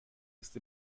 ist